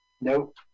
Nope